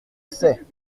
sait